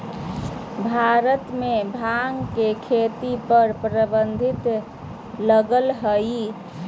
भारत में भांग के खेती पर प्रतिबंध लगल हइ